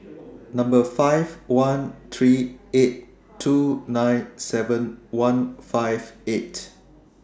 five one three eight two nine seven one five eight